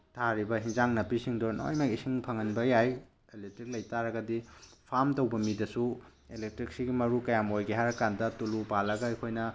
ꯊꯥꯔꯤꯕ ꯑꯦꯟꯁꯥꯡ ꯅꯥꯄꯤ ꯁꯤꯡꯗꯣ ꯂꯣꯏꯅꯃꯛ ꯏꯁꯤꯡ ꯐꯪꯍꯟꯕ ꯌꯥꯏ ꯏꯂꯦꯛꯇ꯭ꯔꯤꯛ ꯂꯩ ꯇꯥꯔꯒꯗꯤ ꯐꯥꯔꯃꯝ ꯇꯧꯕ ꯃꯤꯗꯁꯨ ꯏꯂꯦꯛꯇ꯭ꯔꯤꯛꯁꯤꯒꯤ ꯃꯔꯨ ꯀꯌꯥꯝ ꯑꯣꯏꯒꯦ ꯍꯥꯏꯔꯀꯥꯟꯗ ꯇꯨꯂꯨ ꯄꯥꯜꯂꯒ ꯑꯩꯈꯣꯏꯅ